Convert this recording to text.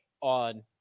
on